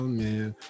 man